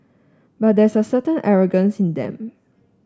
but there's a certain arrogance in them